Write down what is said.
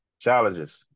challenges